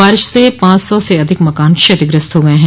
बारिश से पांच सौ से अधिक मकान क्षतिग्रस्त हो गये हैं